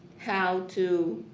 how to